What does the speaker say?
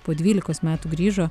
po dvylikos metų grįžo